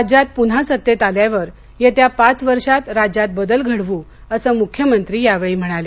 राज्यात पुन्हा सत्तेत आल्यावर येत्या पाच वर्षात राज्यात बदल घडवू असं मुख्यमंत्री यावेळी म्हणाले